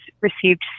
received